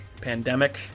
pandemic